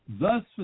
thus